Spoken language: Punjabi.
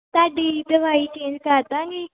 ਤੁਹਾਡੀ ਦਵਾਈ ਚੇਂਜ ਕਰ ਦਾਂਗੀ